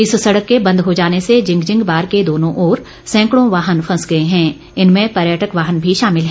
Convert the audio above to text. इस सड़क के बंद हो जाने से जिंगजिंगबार के दोनों और सैंकड़ों वाहन फंस गए हैं इनमें पर्यटक वाहन भी शामिल है